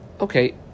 Okay